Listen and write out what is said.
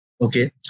okay